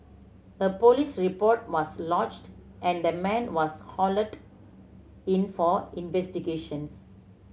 a police report was lodged and the man was hauled in for investigations